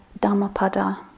Dhammapada